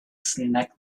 snagged